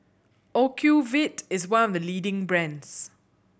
Ocuvite is one of the leading brands